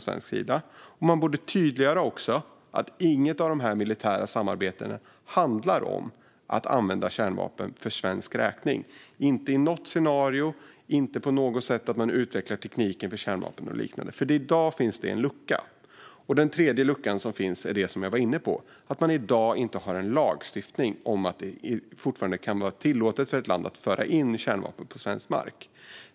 Man borde också tydliggöra att inget av dessa militära samarbeten handlar om att använda kärnvapen för svensk räkning, inte i något scenario och inte att man på något sätt utvecklar tekniken och liknande. I dag finns det en lucka. Den tredje luckan som finns är det som jag var inne på. Man har i dag inte en lagstiftning, vilket gör att det fortfarande kan vara tillåtet för ett land att föra in kärnvapen på svensk mark.